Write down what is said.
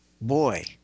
boy